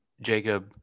Jacob